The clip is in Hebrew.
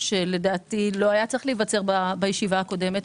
שלדעתי לא היה צריך להיווצר בישיבה הקודמת.